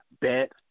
Bet